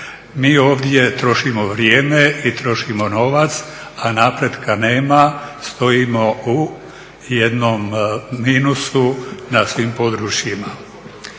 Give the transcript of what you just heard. Mi ovdje trošimo vrijeme i trošimo novac, a napretka nema, stojimo u jednom minusu na svim područjima.